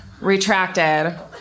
retracted